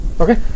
Okay